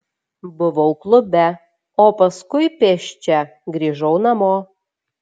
buvau klube o paskui pėsčia grįžau namo